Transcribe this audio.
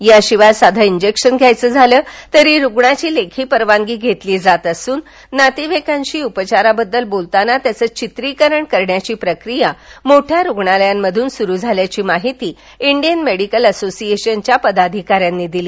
याशिवाय साधे इंजेक्शन द्यायचे झाले तरी रुग्णाची लेखी परवानगी घेतली जात असून नातेवाईकांशी उपचारांबद्दल बोलताना त्याचं चित्रीकरण करण्याची प्रक्रिया मोठ्या रुग्णालयातून सुरू झाल्याची माहिती इंडियन मेडिकल असोसिएशनच्या पदाधिकाऱ्यांनी दिली